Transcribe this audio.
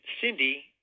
Cindy